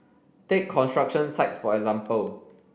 take construction sites for example